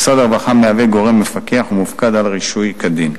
משרד הרווחה מהווה גורם מפקח ומופקד על רישוי כדין.